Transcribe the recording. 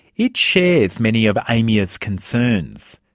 it shares many of aimia's concerns.